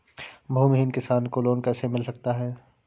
भूमिहीन किसान को लोन कैसे मिल सकता है?